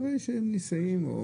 אחרי שהם נישאים.